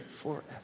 forever